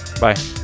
Bye